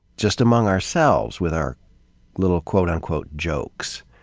just among ourselves with our little quote-unquote jokes.